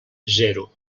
zero